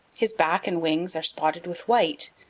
his back and wings are spotted with white,